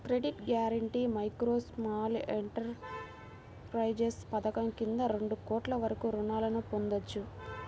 credit guarantee micro, small enterprises పథకం కింద రెండు కోట్ల వరకు రుణాలను పొందొచ్చు